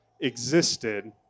existed